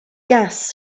gas